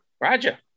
Roger